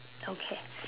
okay